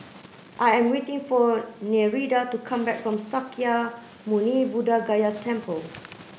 I am waiting for Nereida to come back from Sakya Muni Buddha Gaya Temple